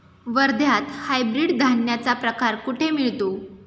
वर्ध्यात हायब्रिड धान्याचा प्रकार कुठे मिळतो?